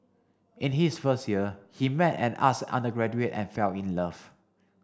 in his first year he met an arts undergraduate and fell in love